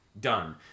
done